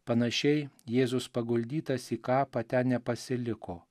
panašiai jėzus paguldytas į kapą ten nepasiliko